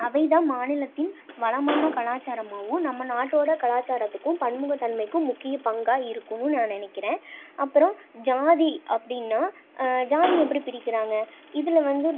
அவை தான் மாநிலத்தின் வளமான கலாச்சாரமாகவும் நம்ம நாட்டோட கலாச்சாரத்துக்கும் பன்முகத்தன்மைக்கும் முக்கிய பங்காக இருக்கும்னு நான் நினைக்கிறேன் அப்புறம் ஜாதி அப்படின்னா ஜாதி எப்படி பிரிக்கிறாங்க இதில் வந்து